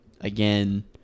again